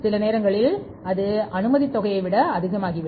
சில நேரங்களில் அது அனுமதித் தொகையை விட அதிகமாகிவிடும்